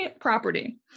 Property